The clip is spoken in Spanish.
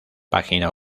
página